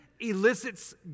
elicits